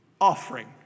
offering